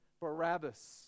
Barabbas